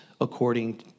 according